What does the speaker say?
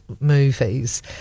movies